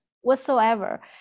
whatsoever